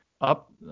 up